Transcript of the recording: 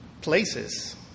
places